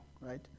right